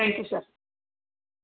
சரிங்க சார்